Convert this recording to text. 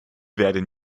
werden